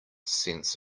sense